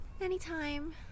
Anytime